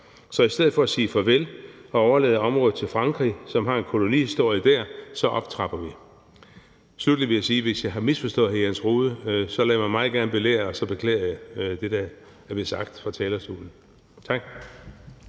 Så i stedet for at sige farvel og overlade området til Frankrig, som har en kolonihistorie der, så optrapper vi. Sluttelig vil jeg sige, at hvis jeg har misforstået hr. Jens Rohde, så lader jeg mig meget gerne belære, og så beklager jeg det, der er blevet sagt fra talerstolen. Tak.